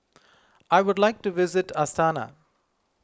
I would like to visit Astana